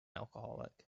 alcoholic